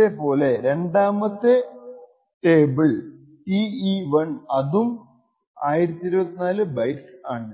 ഇതേപോലെ രണ്ടാമത്തെ table Te1 അതും 1024 ബൈറ്റ്സ് ആണ്